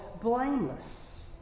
blameless